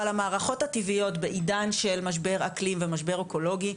אבל המערכות הטבעיות בעידן של משבר אקלים ומשבר אקולוגי,